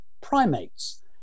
primates